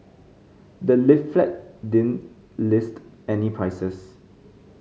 the leaflet didn't list any prices